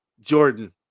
Jordan